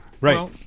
right